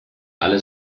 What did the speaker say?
alle